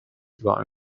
überall